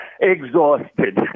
Exhausted